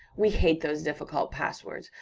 we hate those difficult passwords,